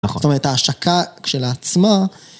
נכון. זאת אומרת, ההשקה כשלעצמה...